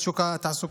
את שוק התעסוקה.